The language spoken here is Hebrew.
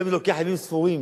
היום לוקח ימים ספורים.